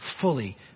fully